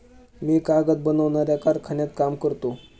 मी कागद बनवणाऱ्या कारखान्यात काम करतो